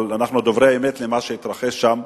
אבל אנחנו דוברי אמת על מה שהתרחש שם: